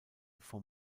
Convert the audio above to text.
vom